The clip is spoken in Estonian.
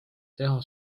teha